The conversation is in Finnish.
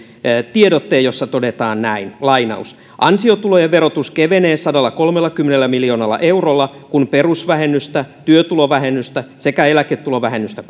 tiedotteen jossa todetaan näin ansiotulojen verotus kevenee sadallakolmellakymmenellä miljoonalla eurolla kun perusvähennystä työtulovähennystä sekä eläketulovähennystä